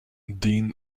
dean